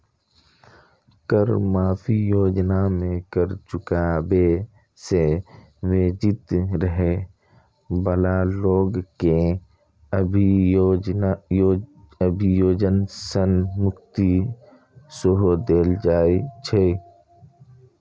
कर माफी योजना मे कर चुकाबै सं वंचित रहै बला लोक कें अभियोजन सं मुक्ति सेहो देल जाइ छै